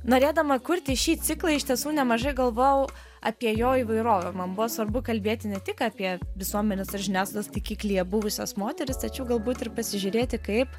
norėdama kurti šį ciklą iš tiesų nemažai galvojau apie jo įvairovę man buvo svarbu kalbėti ne tik apie visuomenės ir žiniasklaidos taikiklyje buvusias moteris tačiau galbūt ir pasižiūrėti kaip